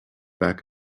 back